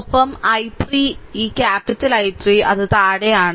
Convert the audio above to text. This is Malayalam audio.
ഒപ്പം I3 ഈ ക്യാപിറ്റൽ I3 അത് താഴെയാണ്